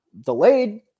delayed